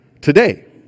today